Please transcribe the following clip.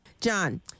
John